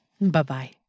Bye-bye